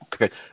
Okay